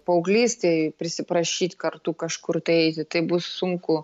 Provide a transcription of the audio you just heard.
paauglystėj prisiprašyt kartu kažkur eiti tai bus sunku